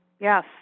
Yes